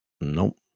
nope